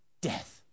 death